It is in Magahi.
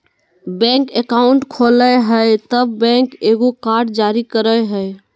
बैंक अकाउंट खोलय हइ तब बैंक एगो कार्ड जारी करय हइ